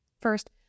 First